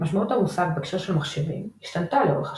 משמעות המושג בהקשר של מחשבים השתנתה לאורך השנים,